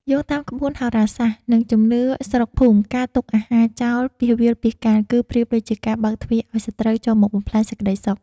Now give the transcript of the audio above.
យោងតាមក្បួនហោរាសាស្ត្រ និងជំនឿស្រុកភូមិការទុកអាហារចោលពាសវាលពាសកាល គឺប្រៀបដូចជាការបើកទ្វារឱ្យសត្រូវចូលមកបំផ្លាញសេចក្តីសុខ។